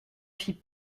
fit